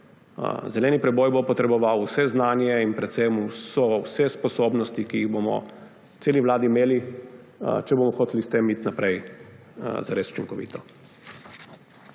Zeleni preboj bo potreboval vse znanje in predvsem vse sposobnosti, ki jih bomo v celi vladi imeli, če bomo hoteli s tem iti naprej zares učinkovito.